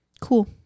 Cool